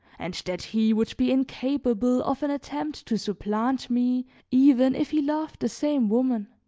and that he would be incapable of an attempt to supplant me even if he loved the same woman.